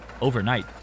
overnight